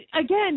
again